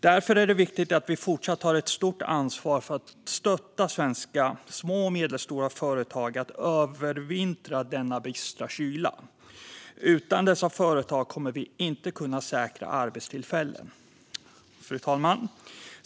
Därför är det viktigt att vi fortsatt tar ett stort ansvar för att stötta svenska små och medelstora företag att övervintra denna bistra kyla. Utan dessa företag kommer vi inte att kunna säkra arbetstillfällen. Fru talman!